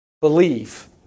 Believe